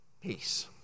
Peace